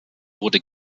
wurde